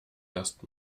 erst